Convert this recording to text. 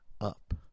up